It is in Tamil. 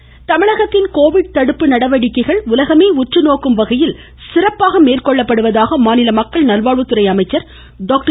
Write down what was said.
விஜயபாஸ்கர் வாய்ஸ் தமிழகத்தின் கோவிட் தடுப்பு நடவடிக்கைகள் உலகமே உற்றுநோக்கும் வகையில் சிறப்பாக மேற்கொள்ளப்படுவதாக மாநில மக்கள் நல்வாழ்வுத்துறை அமைச்சர் டாக்டர்